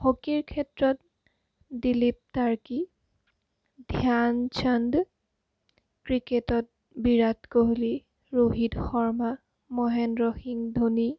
হকীৰ ক্ষেত্ৰত দিলীপ তাৰ্কী ধ্যান চন্দ ক্ৰিকেটত বিৰাট কোহলি ৰোহিত শৰ্মা মহেন্দ্ৰ সিং ধোনী